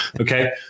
Okay